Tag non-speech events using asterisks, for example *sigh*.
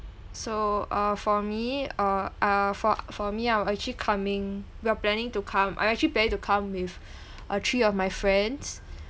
so uh for me uh uh for for me I will actually coming we're planning to come I actually planning to come with *breath* uh three of my friends